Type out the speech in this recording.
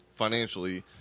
Financially